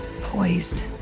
poised